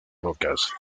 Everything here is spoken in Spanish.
rocas